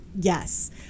Yes